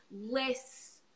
less